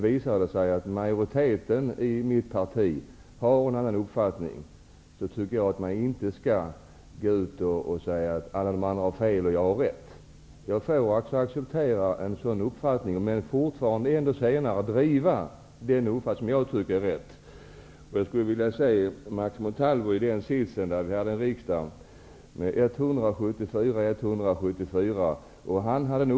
Visar det sig att majoriteten i mitt parti har en annan uppfattning, tycker jag inte att jag skall gå ut och säga att alla de andra har fel och jag har rätt. Jag får alltså acceptera en uppfattning som går mig emot, men kan ändå senare driva den linje som jag tycker är riktig. Vi hade i riksdagen en gång ett läge med 174--174 mellan blocken.